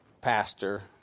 pastor